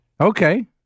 Okay